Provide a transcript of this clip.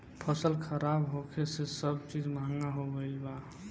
फसल खराब होखे से सब चीज महंगा हो गईल बा